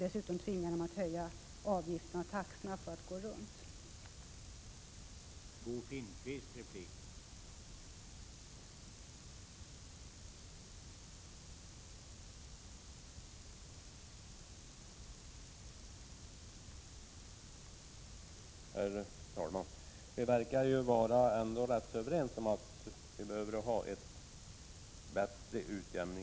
Dessutom skulle de tvingas att höja avgifterna och taxorna för att få verksamheten att gå ihop.